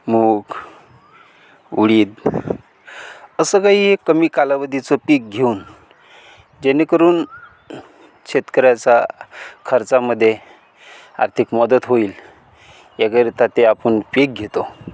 मूग उडीद असं काही कमी कालावधीचं पीक घेऊन जेणेकरून शेतकऱ्याचा खर्चामध्ये आर्थिक मदत होईल याकरिता ते आपण पीक घेतो